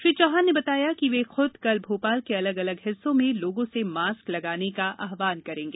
श्री चौहान ने बताया कि वे खुद कल भोपाल के अलग अलग हिस्सों में लोगों से मास्क लगाने का आव्हन करेंगे